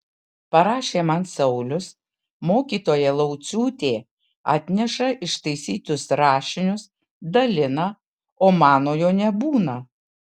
parašė man saulius mokytoja lauciūtė atneša ištaisytus rašinius dalina o manojo nebūna